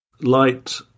Light